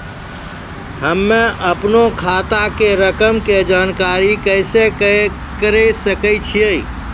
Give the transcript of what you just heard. हम्मे अपनो खाता के रकम के जानकारी कैसे करे सकय छियै?